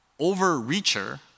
overreacher